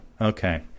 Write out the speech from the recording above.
Okay